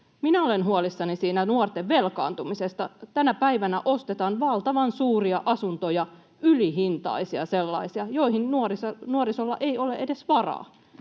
Minä olen huolissani nuorten velkaantumisesta. Tänä päivänä ostetaan valtavan suuria asuntoja, ylihintaisia sellaisia, joihin nuorisolla ei ole edes varaa.